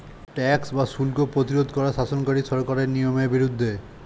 tax বা শুল্ক প্রতিরোধ করা শাসনকারী সরকারের নিয়মের বিরুদ্ধে